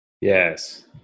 yes